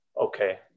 okay